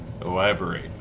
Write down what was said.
Elaborate